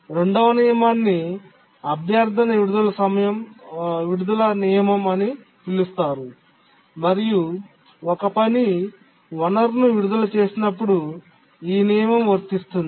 రెండవ నియమాన్ని అభ్యర్థన విడుదల నియమం అని పిలుస్తారు మరియు ఒక పని వనరును విడుదల చేసినప్పుడు ఈ నియమం వర్తిస్తుంది